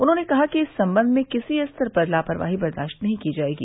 उन्होंने कहा कि इस संबंध में किसी स्तर पर लापरवाही बर्दाश्त नहीं की जायेगी